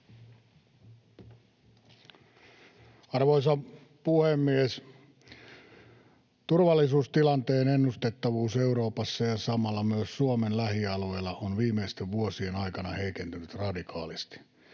Arvoisa puhemies! Turvallisuustilanteen ennustettavuus Euroopassa ja samalla myös Suomen lähialueilla on viimeisten vuosien aikana heikentynyt radikaalisti.